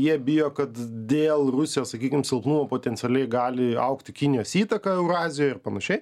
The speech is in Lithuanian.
jie bijo kad dėl rusijos sakykim silpnumo potencialiai gali augti kinijos įtaka eurazijoj ir panašiai